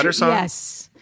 Yes